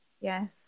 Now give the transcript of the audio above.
yes